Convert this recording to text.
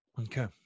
Okay